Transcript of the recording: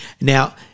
Now